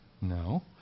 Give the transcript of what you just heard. No